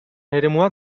eremuak